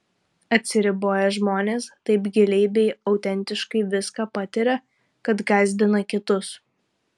atsiriboję žmonės taip giliai bei autentiškai viską patiria kad gąsdina kitus